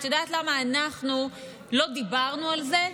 את יודעת למה לא דיברנו על זה?